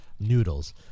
noodles